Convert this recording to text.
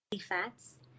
fats